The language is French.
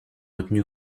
retenue